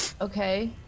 Okay